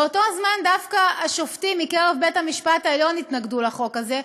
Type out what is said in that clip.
באותו הזמן דווקא השופטים מקרב בית-המשפט העליון התנגדו לחוק הזה,